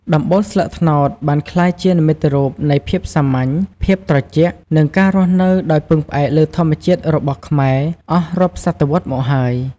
ដំបូលស្លឹកត្នោតបានក្លាយជានិមិត្តរូបនៃភាពសាមញ្ញ ភាពត្រជាក់ និងការរស់នៅដោយពឹងផ្អែកលើធម្មជាតិរបស់ខ្មែរអស់រាប់សតវត្សរ៍មកហើយ។